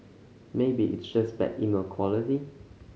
maybe it's just bad email quality